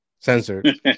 censored